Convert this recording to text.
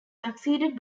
succeeded